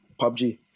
PUBG